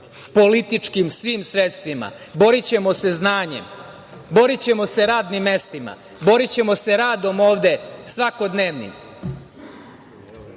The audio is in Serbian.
političkim svim sredstvima, borićemo se znanjem, borićemo se radnim mestima, borićemo se radom ovde svakodnevnim